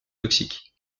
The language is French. toxiques